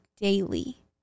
daily